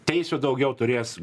teisių daugiau turės